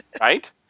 right